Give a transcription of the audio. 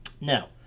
Now